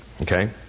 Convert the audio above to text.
okay